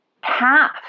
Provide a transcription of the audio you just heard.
half